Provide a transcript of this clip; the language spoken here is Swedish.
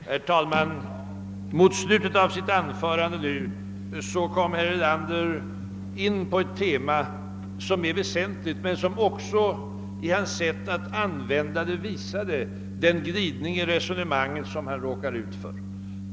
Herr talman! Mot slutet av sitt anförande kom herr Erlander in på ett tema som är väsentligt, men i sitt sätt att använda det visade han den glidning i resonemanget som han råkat ut för.